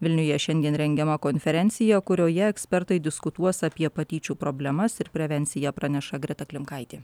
vilniuje šiandien rengiama konferencija kurioje ekspertai diskutuos apie patyčių problemas ir prevenciją praneša greta klimkaitė